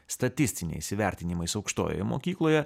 statistiniais įvertinimais aukštojoje mokykloje